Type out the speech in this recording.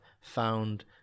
found